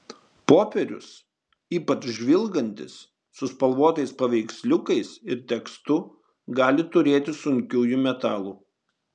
popierius ypač žvilgantis su spalvotais paveiksliukais ir tekstu gali turėti sunkiųjų metalų